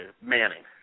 Manning